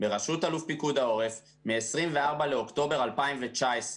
בראשות אלוף פיקוד העורף מ-24 באוקטובר 2019,